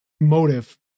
motive